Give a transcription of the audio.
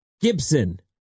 Gibson